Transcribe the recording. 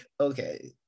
okay